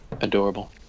Adorable